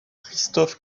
christophe